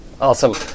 awesome